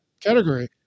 category